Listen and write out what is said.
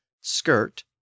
skirt